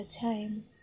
time